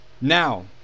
now